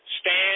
stand